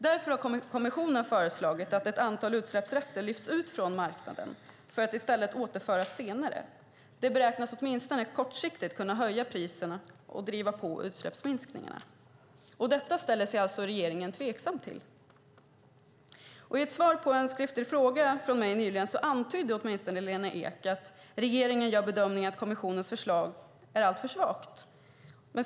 Därför har kommissionen föreslagit att ett antal utsläppsrätter ska lyftas ut från marknaden för att återföras senare. Det beräknas åtminstone kortsiktigt kunna höja priserna och driva på utsläppsminskningarna. Detta ställer sig alltså regeringen tveksam till. I ett svar på en skriftlig fråga från mig nyligen antydde Lena Ek åtminstone att regeringen gör bedömningen att kommissionens förslag är alltför svagt.